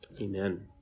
Amen